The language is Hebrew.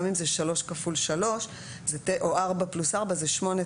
גם אם זה שלוש כפול שלוש או ארבע פלוס ארבע זה שמונה,